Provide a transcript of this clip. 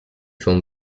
film